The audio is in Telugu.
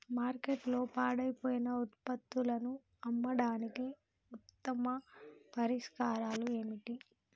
మార్కెట్లో పాడైపోయిన ఉత్పత్తులను అమ్మడానికి ఉత్తమ పరిష్కారాలు ఏమిటి?